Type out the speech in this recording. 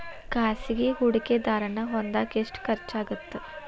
ಖಾಸಗಿ ಹೂಡಕೆದಾರನ್ನ ಹೊಂದಾಕ ಎಷ್ಟ ಖರ್ಚಾಗತ್ತ